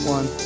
One